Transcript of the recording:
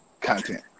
Content